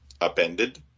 upended